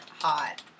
hot